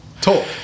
Talk